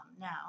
Now